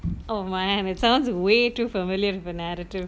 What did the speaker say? oh my it sounds way too familiar with an attitude